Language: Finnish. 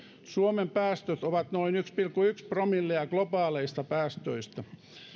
suomen päästöt ovat noin yksi pilkku yksi promillea globaaleista päästöistä